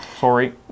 Sorry